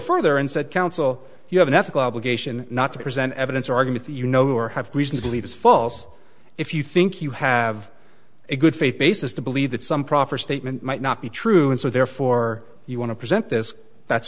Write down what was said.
further and said counsel you have an ethical obligation not to present evidence or argument that you know or have reason to believe is false if you think you have a good faith basis to believe that some proffer statement might not be true and so therefore you want to present this that's